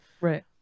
Right